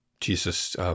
Jesus